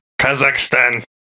Kazakhstan